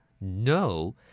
No